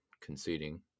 conceding